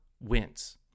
wins